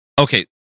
Okay